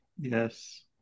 Yes